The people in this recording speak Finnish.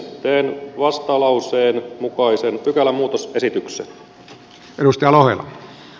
teen vastalauseen mukaisen pykälämuutosesityksen